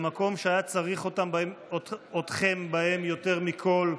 אל המקום שהיה צריך אתכם בו יותר מכול,